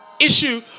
issue